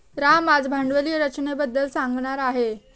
राम आज भांडवली रचनेबद्दल सांगणार आहे